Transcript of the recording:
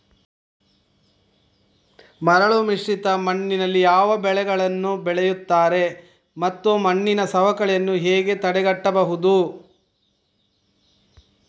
ಮರಳುಮಿಶ್ರಿತ ಮಣ್ಣಿನಲ್ಲಿ ಯಾವ ಬೆಳೆಗಳನ್ನು ಬೆಳೆಯುತ್ತಾರೆ ಮತ್ತು ಮಣ್ಣಿನ ಸವಕಳಿಯನ್ನು ಹೇಗೆ ತಡೆಗಟ್ಟಬಹುದು?